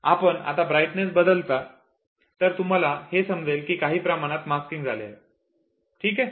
आपण आता ब्राइटनेस बदलला तर तुम्हाला हे समजते की काही प्रमाणात मास्किंग झाले आहे ठीक आहे